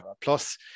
plus